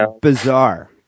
bizarre